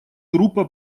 группа